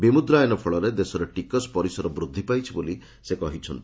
ବିମୁଦ୍ରାୟନ ଫଳରେ ଦେଶରେ ଟିକସ ପରିସର ବୃଦ୍ଧି ପାଇଛି ବୋଲି ସେ କହିଛନ୍ତି